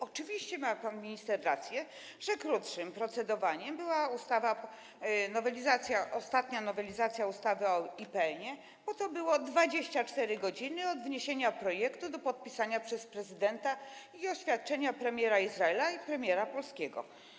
Oczywiście ma pan minister rację, że krócej procedowana była ostatnia nowelizacja ustawy o IPN-ie, bo to były 24 godziny od wniesienia projektu do podpisania przez prezydenta i oświadczenia premiera Izraela i premiera polskiego.